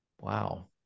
Wow